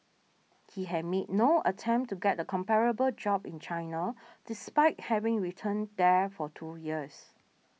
he had made no attempt to get a comparable job in China despite having returned there for two years